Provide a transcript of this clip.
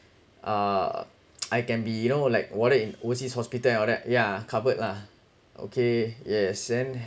uh I can be you know like warded in overseas hospital and all that yeah covered lah okay yes and